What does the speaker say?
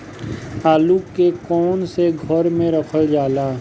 आलू के कवन से घर मे रखल जाला?